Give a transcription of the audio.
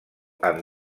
han